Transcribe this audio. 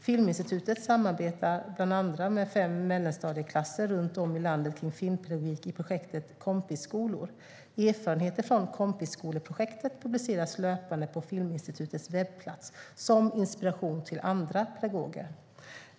Filminstitutet samarbetar bland annat med fem mellanstadieklasser runt om i landet kring filmpedagogik i projektet Kompisskolor. Erfarenheter från Kompisskoleprojektet publiceras löpande på Filminstitutets webbplats som inspiration till andra pedagoger.